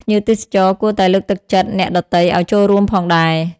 ភ្ញៀវទេសចរគួរតែលើកទឹកចិត្តអ្នកដទៃឱ្យចូលរួមផងដែរ។